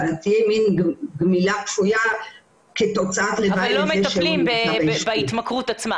בזה שאנחנו לא מטפלים בהתמכרות,